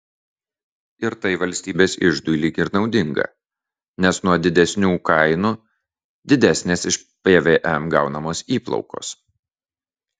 ir tai valstybės iždui lyg ir naudinga nes nuo didesnių kainų didesnės iš pvm gaunamos įplaukos